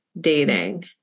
dating